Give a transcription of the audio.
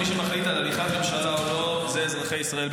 מי שמחליט על הליכת ממשלה או לא זה אזרחי ישראל,